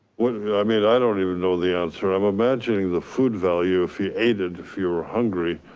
i mean, i don't even know the answer. i'm imagining the food value if you ate it, if you were ah hungry,